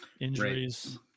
injuries